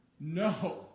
No